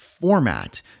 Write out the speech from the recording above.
format